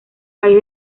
país